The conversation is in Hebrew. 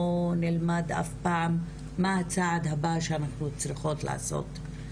נלמד אף פעם מה הצעד הבא שאנחנו צריכות לעשות,